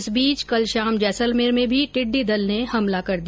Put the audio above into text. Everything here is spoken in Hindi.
इस बीच कल शाम जैसलमेर में भी टिड्डी दल ने हमला कर दिया